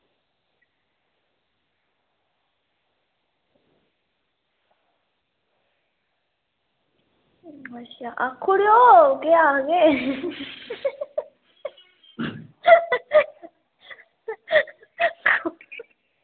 आक्खी ओड़ेओ केह् आक्खदे